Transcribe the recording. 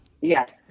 Yes